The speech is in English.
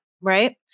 right